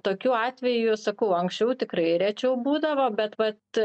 tokiu atveju sakau anksčiau tikrai rečiau būdavo bet vat